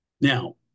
Now